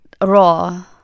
raw